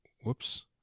whoops